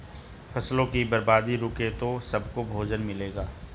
फसलों की बर्बादी रुके तो सबको भोजन मिलेगा